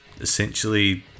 essentially